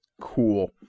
cool